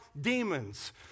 demons